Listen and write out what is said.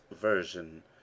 Version